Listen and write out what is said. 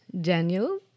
Daniel